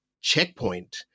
checkpoint